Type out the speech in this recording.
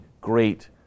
great